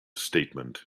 statement